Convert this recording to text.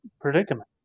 predicament